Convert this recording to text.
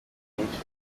nyinshi